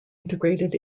integrated